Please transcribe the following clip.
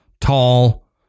tall